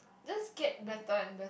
just get better and better each sem